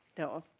no,